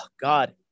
God